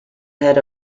had